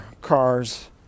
cars